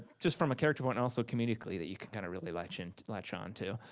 just from a character point, and also comedically that you can kind of really latch and latch onto.